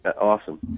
Awesome